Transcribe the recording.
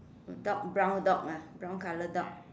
dark brown dog ah brown color dog